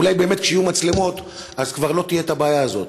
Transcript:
אולי באמת כשיהיו מצלמות אז כבר לא תהיה הבעיה הזאת.